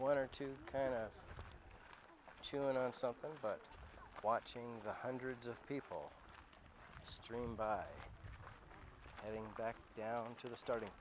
one or two and chewing on something but watching the hundreds of people stream by heading back down to the starting